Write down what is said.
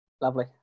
Lovely